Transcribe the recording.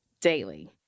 daily